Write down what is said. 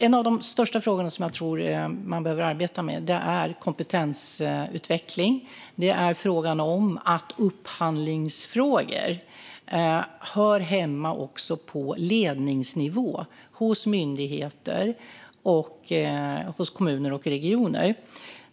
En av de största frågor som jag tror att man behöver arbeta med är kompetensutveckling och frågan att upphandlingsfrågor hör hemma också på ledningsnivå hos myndigheter, kommuner och regioner.